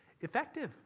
effective